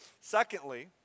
Secondly